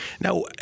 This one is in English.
Now